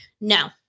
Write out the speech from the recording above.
No